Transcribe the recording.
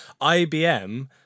IBM